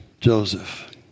Joseph